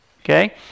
okay